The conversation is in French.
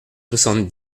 soixante